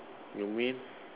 you mean